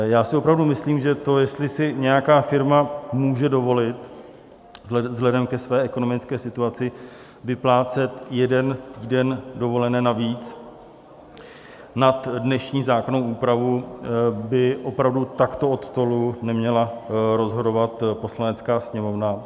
Já si opravdu myslím, že to, jestli si nějaká firma může dovolit vzhledem ke své ekonomické situaci vyplácet jeden týden dovolené navíc nad dnešní zákonnou úpravu, by opravdu takto od stolu neměla rozhodovat Poslanecká sněmovna.